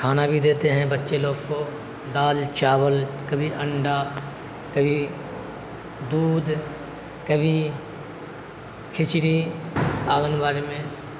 کھانا بھی دیتے ہیں بچے لوگ کو دال چاول کبھی انڈا کبھی دودھ کبھی کھچڑی آگن واڑی میں